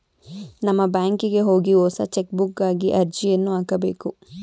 ನಮ್ಮ ಬ್ಯಾಂಕಿಗೆ ಹೋಗಿ ಹೊಸ ಚೆಕ್ಬುಕ್ಗಾಗಿ ಅರ್ಜಿಯನ್ನು ಹಾಕಬೇಕು